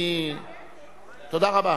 תודה רבה.